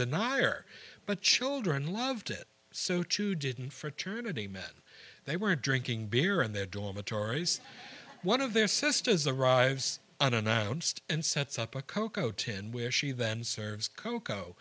deny there but children loved it so too didn't fraternity men they were drinking beer in their dormitories one of their sisters arrives unannounced and sets up a cocoa ten where she then serves cocoa